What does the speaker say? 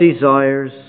desires